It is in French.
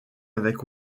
avec